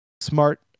smart